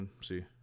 see